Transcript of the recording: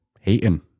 hating